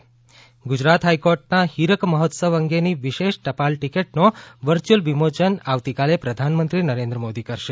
ઃગુજરાત હાઈકોર્ટની હીરક જયંતિ અંગેની વિશેષ ટપાલ ટિકિટનો વર્ચ્યુયલ વિમોચન કાલે પ્રધાનમંત્રી નરેન્દ્ર મોદી કરશે